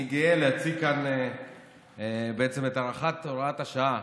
אני גאה להציג כאן בעצם את הארכת הוראת השעה